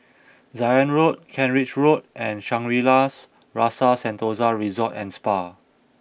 Zion Road Kent Ridge Road and Shangri La's Rasa Sentosa Resort and Spa